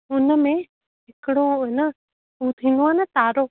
हुनमें हिकिड़ो न हूअ थींदो आहे न तारो